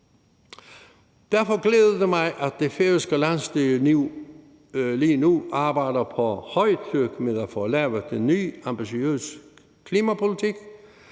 Derfor glæder det mig, at det færøske landsstyre lige nu arbejder på højtryk for at få lavet en ny ambitiøs klimapolitik.